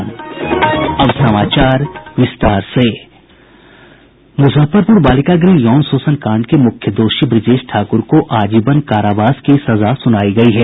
मुजफ्फरपुर बालिका गृह यौन शोषण कांड के मुख्य दोषी ब्रजेश ठाकुर को आजीवन कारावास की सजा सुनायी गयी है